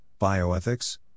bioethics